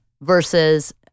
Versus